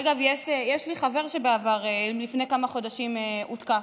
אגב, יש לי חבר שלפני כמה חודשים הותקף.